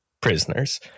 prisoners